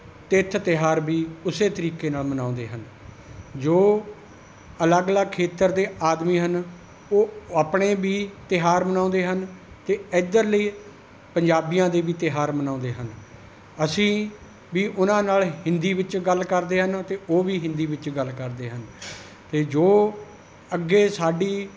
ਤਿੱਥ ਤਿਉਹਾਰ ਵੀ ਉਸ ਤਰੀਕੇ ਨਾਲ ਮਨਾਉਂਦੇ ਹਨ ਜੋ ਅਲੱਗ ਅਲੱਗ ਖੇਤਰ ਦੇ ਆਦਮੀ ਹਨ ਉਹ ਆਪਣੇ ਵੀ ਤਿਉਹਾਰ ਮਨਾਉਂਦੇ ਹਨ ਅਤੇੇ ਇੱਧਰਲੇ ਪੰਜਾਬੀਆਂ ਦੇ ਵੀ ਤਿਉਹਾਰ ਮਨਾਉਂਦੇ ਹਨ ਅਸੀਂ ਵੀ ਉਹਨਾਂ ਨਾਲ ਹਿੰਦੀ ਵਿੱਚ ਗੱਲ ਕਰਦੇ ਹਨ ਅਤੇ ਉਹ ਵੀ ਹਿੰਦੀ ਵਿੱਚ ਗੱਲ ਕਰਦੇ ਹਨ ਅਤੇ ਜੋ ਅੱਗੇ ਸਾਡੀ